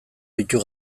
ditu